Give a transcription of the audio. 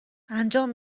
انجام